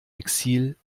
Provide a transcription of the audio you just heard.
exil